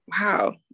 Wow